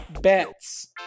bets